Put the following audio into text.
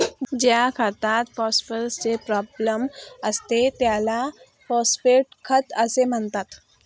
ज्या खतात फॉस्फरसचे प्राबल्य असते त्याला फॉस्फेट खत असे म्हणतात